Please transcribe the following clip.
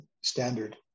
standard